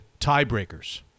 tiebreakers